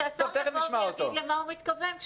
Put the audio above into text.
שהשר יבוא ויגיד למה הוא התכוון.